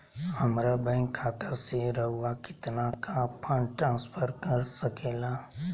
हमरा बैंक खाता से रहुआ कितना का फंड ट्रांसफर कर सके ला?